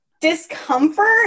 discomfort